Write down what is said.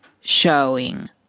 showing